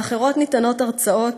ובאחרות מתקיימים הרצאות,